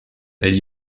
elle